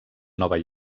nova